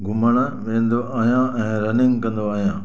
घुमणु वेंदो आहियां ऐं रनिंग कंदो आहियां